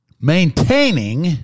maintaining